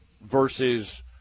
versus